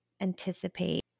anticipate